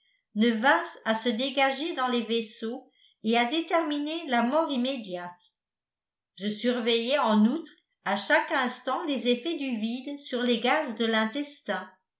ne vinssent à se dégager dans les vaisseaux et à déterminer la mort immédiate je surveillais en outre à chaque instant les effets du vide sur les gaz de l'intestin